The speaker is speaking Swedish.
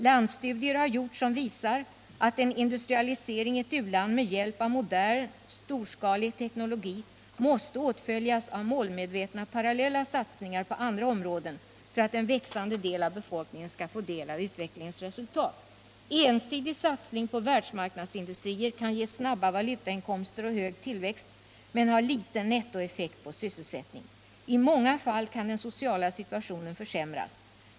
Landstudier har gjorts som visar att en industrialisering i ett u-land med hjälp av modern storskalig teknologi måste åtföljas av målmedvetna parallella satsningar på andra områden för att en växande del av befolkningen skall få del av utvecklingens resultat. Ensidig satsning på ”världsmarknadsindustrier kan ge snabba valutainkomster och hög tillväxt men har liten nettoeffekt på sysselsättning. I många fall kan den sociala situationen försämras.